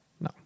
No